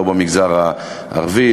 לא במגזר הערבי,